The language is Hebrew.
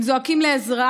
הם זועקים לעזרה.